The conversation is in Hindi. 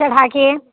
चढ़ा कर